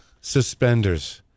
Suspenders